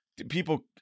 People